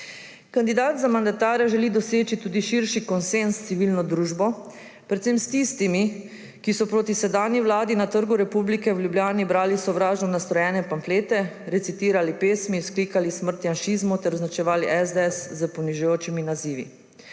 Kandidat za mandatarja želi doseči tudi širši konsenz s civilno družbo, predvsem s tistimi, ki so proti sedanji vladi na Trgu republike v Ljubljani brali sovražno nastrojene pamflete, recitirali pesmi, vzklikali »Smrt janšizmu!« ter označevali SDS s ponižujočimi nazivi.